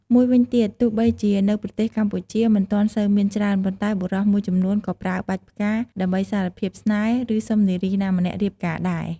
មួយវិញទៀត ទោះបីជានៅប្រទេសកម្ពុជាមិនទាន់សូវមានច្រើន ប៉ុន្តែបុរសមួយចំនួនក៏ប្រើបាច់ផ្កា ដើម្បីសារភាពស្នេហ៍ ឬ សុំនារីណាម្នាក់រៀបការដែរ។